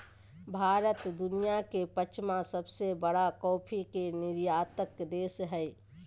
भारत दुनिया के पांचवां सबसे बड़ा कॉफ़ी के निर्यातक देश हइ